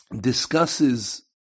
discusses